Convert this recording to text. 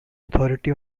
authority